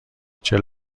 چهل